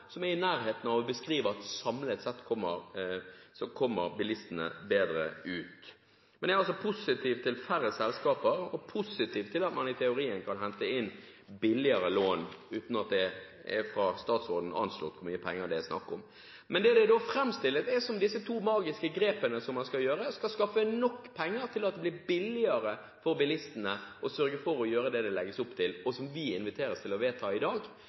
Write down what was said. som er i nærheten av å beskrive at bilistene samlet sett kommer bedre ut. Men jeg er positiv til færre selskaper og positiv til at man i teorien kan hente inn billigere lån, uten at det fra statsråden er anslått hvor mye penger det er snakk om. Men det framstilles som om disse to magiske grepene man skal gjøre, skal skaffe nok penger til at det blir billigere for bilistene å sørge for å gjøre det det legges opp til, og som vi inviteres til å vedta her i dag,